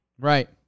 right